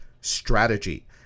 strategy